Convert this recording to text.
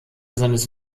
seines